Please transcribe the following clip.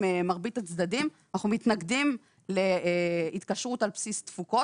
מרבית הצדדים - להתקשרות על בסיס תפוקות.